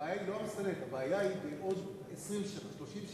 הבעיה היא לא המסננת אלא בעוד 20 30 שנה.